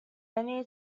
many